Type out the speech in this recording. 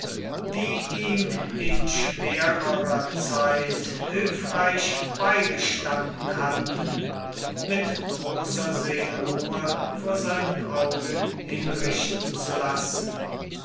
die ihm in schwerer zeit hilfreich beigestanden hatten mit großer seelenruhe vor seinen augen hinrichten zu lassen